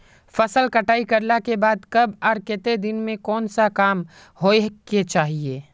फसल कटाई करला के बाद कब आर केते दिन में कोन सा काम होय के चाहिए?